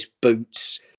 boots